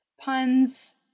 puns